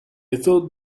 thought